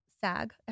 sag